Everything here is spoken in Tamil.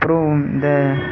அப்புறம் இந்த